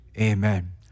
Amen